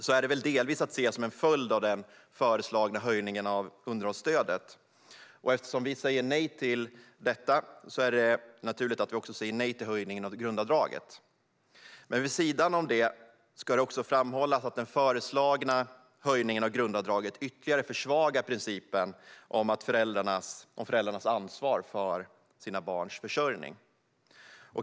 Det är väl delvis att se som en följd av de föreslagna höjningarna av underhållsstödet, och eftersom vi säger nej till dessa är det naturligt att vi också säger nej till höjningen av grundavdraget. Men vid sidan av detta ska det också framhållas att den föreslagna höjningen av grundavdraget ytterligare försvagar principen om föräldrarnas ansvar för sina barns försörjning.